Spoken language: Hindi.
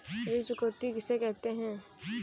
ऋण चुकौती किसे कहते हैं?